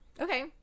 Okay